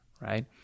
Right